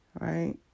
Right